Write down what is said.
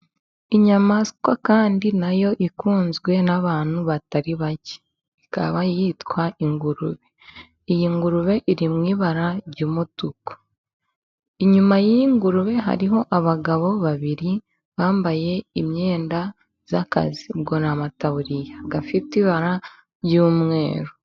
Inyamaswa kandi na yo ikunzwe n'abantu batari bake, ikaba yitwa ingurube. Iyi ngurube iri mu ibara ry'umutuku. Inyuma y'iyi ngurube hariho abagabo babiri bambaye imyenda y'akazi, ubwo ni amataburiya afite ibara ry'umweru.